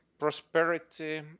prosperity